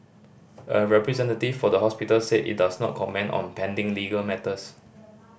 a representative for the hospital said it does not comment on pending legal matters